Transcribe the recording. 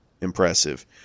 impressive